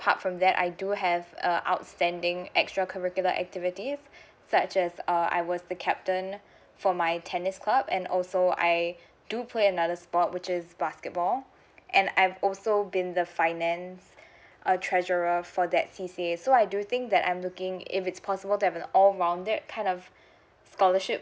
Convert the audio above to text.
apart from that I do have err outstanding extra curricular activities such as uh I was the captain for my tennis club and also I do play another spot which is basketball and I've also been the finance err treasurer for that C_C_A so I do think that I'm looking if it's possible that the all rounded kind of scholarship